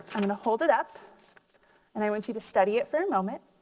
i'm gonna hold it up and i want you to study it for a moment.